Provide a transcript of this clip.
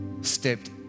stepped